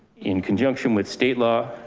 in conjunction with state law,